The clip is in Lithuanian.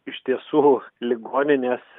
iš tiesų ligoninėse